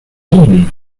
mean